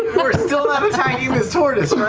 we're still not attacking this tortoise,